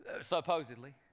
supposedly